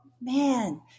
man